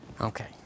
Okay